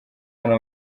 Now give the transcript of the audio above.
hano